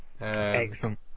Excellent